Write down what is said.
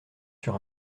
sur